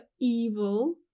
evil